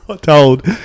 Told